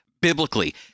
biblically